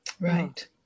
Right